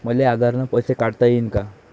मले आधार न पैसे काढता येईन का?